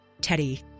Teddy